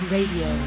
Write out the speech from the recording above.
Radio